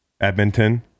Edmonton